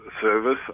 service